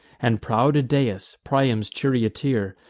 and proud idaeus, priam's charioteer,